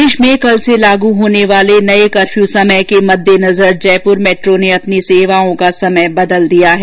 प्रदेश में कल से लागू होने वाले नये कर्फ्यू समय के मद्देनजर जयपुर मैट्रो ने अपनी सेवाओं का समय बदल दिया है